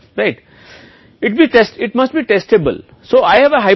यह किसी अन्य विषय में मोड़ दिया गया है तो यह परिकल्पना परीक्षण करने योग्य होना चाहिए